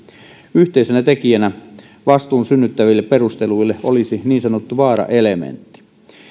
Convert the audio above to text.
yhteisenä tekijänä vastuun synnyttäville perusteluille olisi niin sanottu vaaraelementti